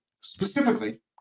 specifically